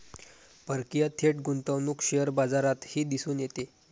परकीय थेट गुंतवणूक शेअर बाजारातही दिसून येते